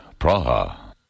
Praha